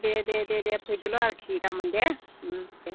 दे दे दे दे फैदोल' आरोखि गाबोन दे दे